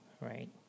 right